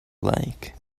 like